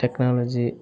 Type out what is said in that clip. technology